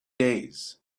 days